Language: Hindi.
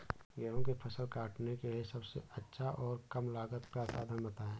गेहूँ की फसल काटने के लिए सबसे अच्छा और कम लागत का साधन बताएं?